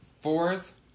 Fourth